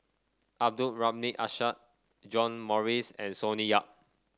Abdul Rahim Ishak John Morrice and Sonny Yap